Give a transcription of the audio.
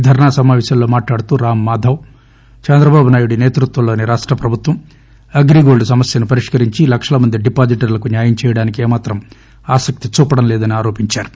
ధర్సా సమాపేశంలో మాట్లాడుతూ రామ్మాదవ్ చంద్రబాబునాయుడి సేతృత్వంలోని రాష్టప్రభుత్వం అగ్రీగోల్డ్ సమస్యను పరిష్కరించి లక్షల మంది డిపాజిటర్లకు న్యాయం చేయడానికి ఏమాత్రం ఆసక్తి చూపడంలేదని ఆరోపించారు